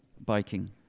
biking